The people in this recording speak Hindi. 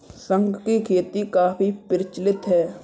शंख की खेती काफी प्रचलित है